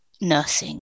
Nursing